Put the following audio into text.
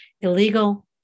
Illegal